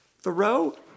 Thoreau